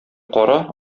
кара